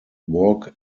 walk